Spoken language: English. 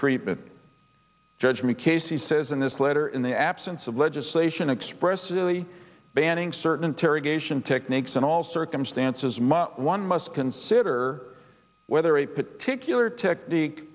treatment judgment casey says in this letter in the absence of legislation expressively banning certain interrogation techniques in all circumstances much one must consider whether a particular technique